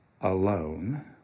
alone